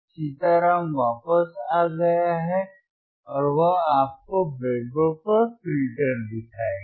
सीताराम वापस आ गया है और वह आपको ब्रेडबोर्ड पर फ़िल्टर दिखाएगा